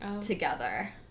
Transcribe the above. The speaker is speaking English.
together